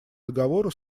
договора